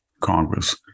Congress